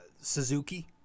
Suzuki